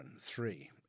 three